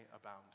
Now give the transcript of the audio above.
abound